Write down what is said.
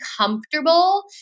comfortable